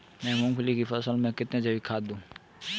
मैं मूंगफली की फसल में कितनी जैविक खाद दूं?